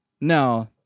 no